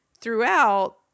throughout